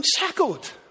unshackled